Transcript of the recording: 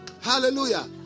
Hallelujah